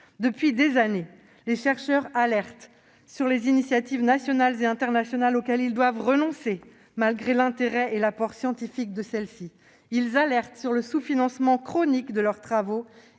Depuis des années, les chercheurs alertent sur les initiatives nationales et internationales auxquelles ils doivent renoncer, malgré l'intérêt et l'apport scientifiques de celles-ci. Ils alertent sur le sous-financement chronique de leurs travaux